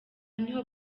niho